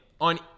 on